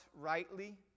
rightly